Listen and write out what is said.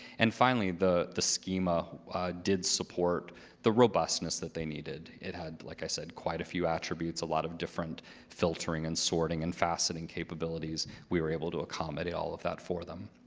and finally, the the schema did support the robustness that they needed. it had, like i said, quite a few attributes, a lot of different filtering, and sorting, and faceting capabilities. we were able to accommodate all of that for them.